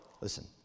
Listen